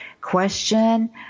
question